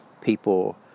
people